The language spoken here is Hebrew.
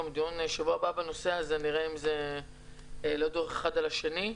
דיון בשבוע הבא בנושא הזה - נראה אם זה לא יעלה אחד על השני.